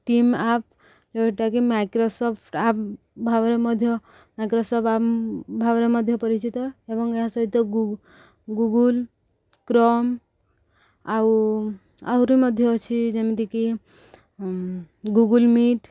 team app ଯେଉଁଟାକି Microsoft app ଭାବରେ ମଧ୍ୟ ମାଇକ୍ରୋସଫ୍ଟ ଆପ୍ ଭାବରେ ମଧ୍ୟ ପରିଚିତ ଏବଂ ଏହା ସହିତ ଗୁଗୁଲ୍ କ୍ରୋମ ଆଉ ଆହୁରି ମଧ୍ୟ ଅଛି ଯେମିତିକି ଗୁଗୁଲ ମିଟ୍